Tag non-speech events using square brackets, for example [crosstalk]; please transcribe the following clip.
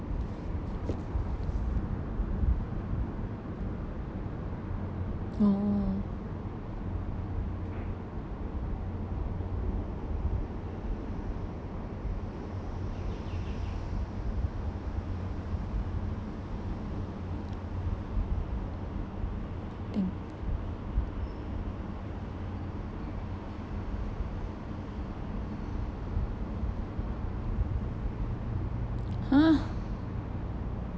oh thing [noise] !huh!